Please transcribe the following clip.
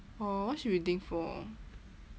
oh what she waiting for